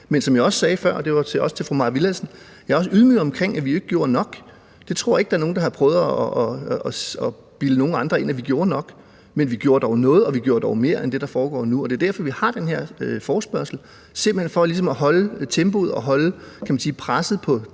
Men som jeg også sagde før, og det var til også til fru Mai Villadsen, er jeg også ydmyg, i forhold til at vi jo ikke gjorde nok. Jeg tror ikke, der er nogen, der har prøvet at bilde nogen andre ind, at vi gjorde nok, men vi gjorde dog noget, og vi gjorde dog mere end det, der foregår nu, og det er derfor, vi har den her forespørgsel, altså simpelt hen for ligesom at holde tempoet og